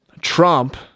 Trump